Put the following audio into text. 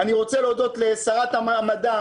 אני רוצה להודות לשרת המדע,